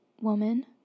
woman